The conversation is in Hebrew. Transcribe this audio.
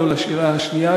לא לשאלה השנייה.